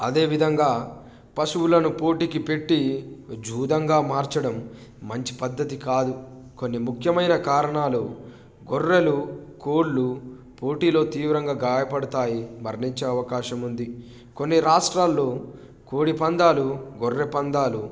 అదేవిధంగా పశువులను పోటీకి పెట్టి జూదంగా మార్చడం మంచి పద్ధతి కాదు కొన్ని ముఖ్యమైన కారణాలు గొర్రెలు కోళ్ళు పోటీలో తీవ్రంగా గాయపడతాయి మరణించే అవకాశం ఉంది కొన్ని రాష్ట్రాలలో కోడి పందాలు గొర్రె పందాలు